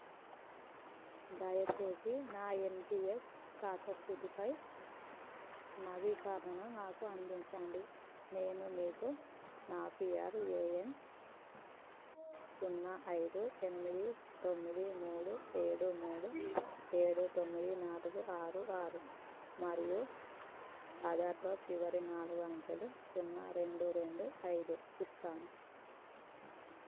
దయచేసి నా ఎన్పీఎస్ ఖాతా స్థితిపై నవీకరణ నాకు అందించండి నేను మీకు నా పీఆర్ఏఎన్ సున్నా ఐదు ఎనిమిది తొమ్మిది మూడు ఏడు మూడు ఏడు తొమ్మిది నాలుగు ఆరు ఆరు మరియు ఆధార్లో చివరి నాలుగు అంకెలు సున్నా రెండు రెండు ఐదు ఇస్తాను